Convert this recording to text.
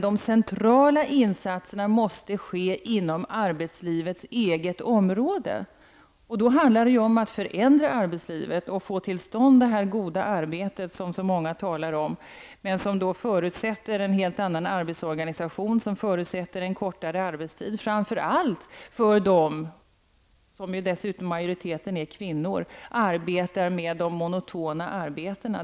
De centrala insatserna måste dock ske inom arbetslivets eget område. Det handlar om att förändra arbetslivet och få till stånd det goda arbetet, som så många talar om, men som förutsätter en helt annan arbetsorganisation och en kortare arbetstid, framför allt för dem -- varav majoriteten är kvinnor -- som har monotona arbeten.